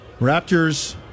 Raptors